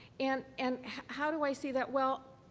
and and how do i see that? well,